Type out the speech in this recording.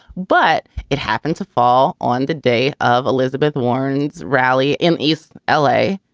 but it happened to fall on the day of elizabeth warren's rally in east l a.